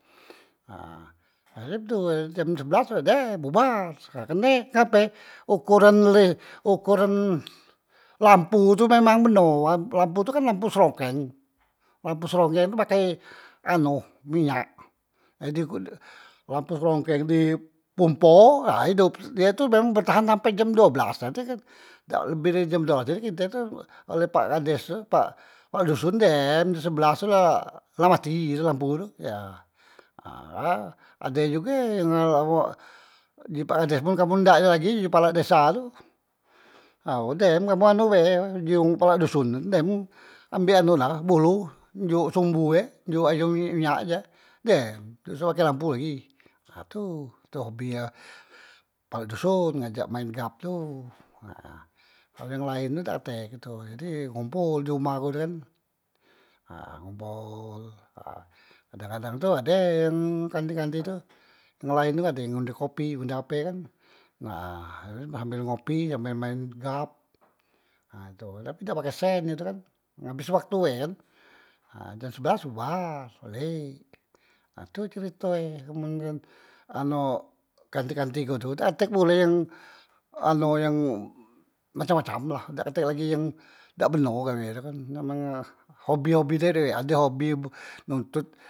Nah, akher e tu dem jam sebelas la dem bubar, kerne ngape okoran le okoran lampu tu memang beno, lampu tu kan lampu serongkeng, lampu serongkeng tu pakei anu minyak, nah di ku lampu serongkeng tu di pumpo nah idop ye tu memang bertahan sampei jam due belas nah tu kan, dak lebih dari jam due belas ha jadi kite tu oleh pak kades tu, pak kpala doson dem jam sebelas tu la mati lampu tu ya, ha e ade juge yang la ji pak kades mun kamu ndak lagi ji pak kpala desa tu nah ao dem kamu anu be uji kepala doson dem ambek anu na bolo njok sumbu e njok ayong minyak e dem dak usah pake lampu lagi, ha tu tu hobi e, kpala doson ngajak maen gap tu nah kalu yang laen tu dak tek he tu, jadi ngompol di umah ku tu kan, ha ngompol kadang- kadang tu ade yang kanti- kanti tu yang laen ade yang ngunde kopi ngunde ape kan, nah sambel ngopi sambel maen gap nah tu tapi dak pake sen ye tu kan, ngabes waktu be ha jam sebelas bubar balek, ha tu cerito e amen ngan anu kanti- kanti ku tu, dak tek pule yang anu yang macam- macam la dak tek lagi yang dak beno gawe tu kan, memang hobi dewek- dewek ade yang hobi nontot.